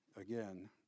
again